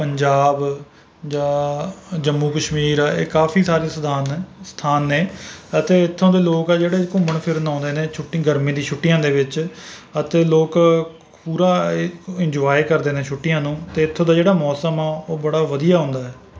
ਪੰਜਾਬ ਜਾਂ ਜੰਮੂ ਕਸ਼ਮੀਰ ਇਹ ਕਾਫੀ ਸਾਰੇ ਸਥਾਨ ਹੈ ਸਥਾਨ ਨੇ ਅਤੇ ਉੱਥੋਂ ਦੇ ਲੋਕ ਹੈ ਜਿਹੜੇ ਘੁੰਮਣ ਫਿਰਨ ਆਉੇਂਦੇ ਨੇ ਛੁੱਟੀ ਗਰਮੀ ਦੀ ਛੁੱਟੀਆਂ ਦੇ ਵਿੱਚ ਅਤੇ ਲੋਕ ਪੂਰਾ ਇਹ ਇੰਨਜੋਏ ਕਰਦੇ ਨੇ ਛੁੱਟੀਆਂ ਨੂੰ ਅਤੇ ਇੱਥੋਂ ਦਾ ਜਿਹੜਾ ਮੌਸਮ ਆ ਉਹ ਬੜਾ ਵਧੀਆ ਹੁੰਦਾ ਹੈ